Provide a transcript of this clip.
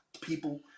people